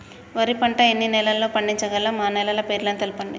వరి పంట ఎన్ని నెలల్లో పండించగలం ఆ నెలల పేర్లను తెలుపండి?